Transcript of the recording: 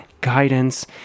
guidance